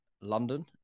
London